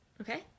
okay